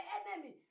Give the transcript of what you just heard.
enemy